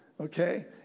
okay